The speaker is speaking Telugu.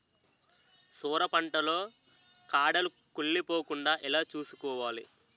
సొర పంట లో కాడలు కుళ్ళి పోకుండా ఎలా చూసుకోవాలి?